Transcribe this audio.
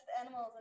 animals